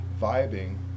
vibing